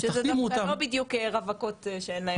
זה לא בדיוק רווקות שאין להם ילדים.